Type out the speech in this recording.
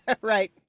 Right